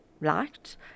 liked